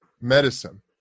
medicine